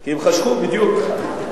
כי הן חשכו, בדיוק.